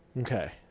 Okay